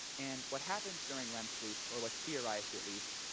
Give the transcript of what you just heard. and what happens during rem sleep, or what's theorized at least,